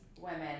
women